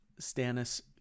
Stannis